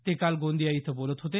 ते काल गोंदिया इथं बोलत होते